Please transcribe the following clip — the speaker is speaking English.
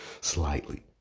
Slightly